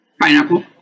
Pineapple